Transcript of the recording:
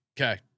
Okay